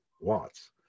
watts